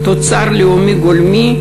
לתוצר הלאומי הגולמי,